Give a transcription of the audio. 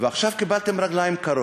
ועכשיו קיבלתם רגליים קרות.